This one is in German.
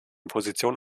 position